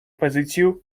позицію